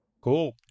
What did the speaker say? Cool